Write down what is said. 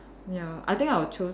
ya I think I will choose